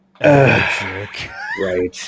right